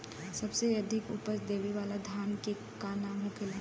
सबसे अधिक उपज देवे वाला धान के का नाम होखे ला?